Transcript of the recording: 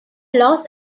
loss